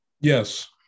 Yes